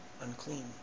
unclean